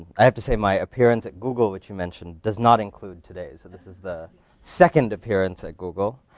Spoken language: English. i have to say, my appearance at google, which you mentioned, does not include today's. and this is the second appearance at google.